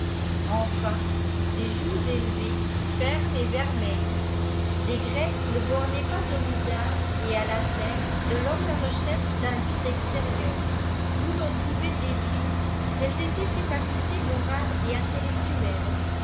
enfin des joues élevées fermes et vermeilles les grecs ne bornaient pas au visage et à la tète de rhomme la recherche dindicesextérieures d'où i on pouvait dé duire quelles étaient ses facultés morales et intellectuelles